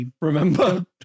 remember